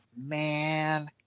man